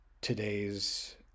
today's